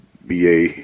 BA